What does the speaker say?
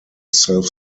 self